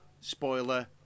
spoiler